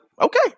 okay